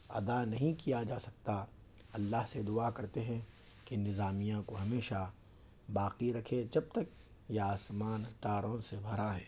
ادا نہیں کیا جا سکتا اللّہ سے دعا کرتے ہیں کہ نظامیہ کو ہمیشہ باقی رکھے جب تک یہ آسمان تاروں سے بھرا ہے